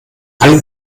allen